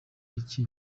iki